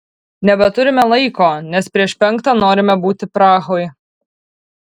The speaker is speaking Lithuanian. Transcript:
nebeturime laiko nes prieš penktą norime būti prahoj